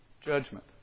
judgment